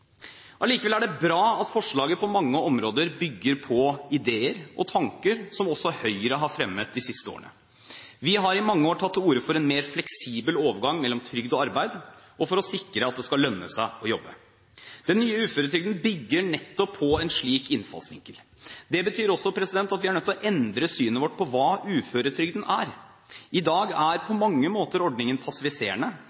Allikevel er det bra at forslaget på mange områder bygger på ideer og tanker som også Høyre har fremmet de siste årene. Vi har i mange år tatt til orde for en mer fleksibel overgang mellom trygd og arbeid for å sikre at det skal lønne seg å jobbe. Den nye uføretrygden bygger nettopp på en slik innfallsvinkel. Det betyr også at vi er nødt til å endre synet vårt på hva uføretrygden er. I dag er